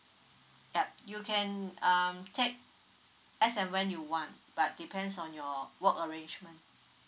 ya you can um take as and when you want but depends on your work arrangement